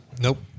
Nope